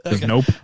Nope